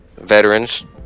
Veterans